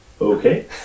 Okay